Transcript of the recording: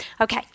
okay